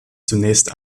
zunächst